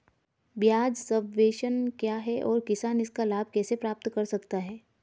ब्याज सबवेंशन क्या है और किसान इसका लाभ कैसे प्राप्त कर सकता है?